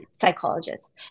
psychologists